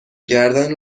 گردن